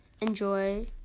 enjoy